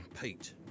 Pete